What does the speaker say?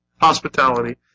hospitality